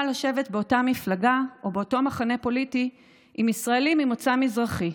לשבת באותה מפלגה או באותו מחנה פוליטי עם ישראלים ממוצא מזרחי,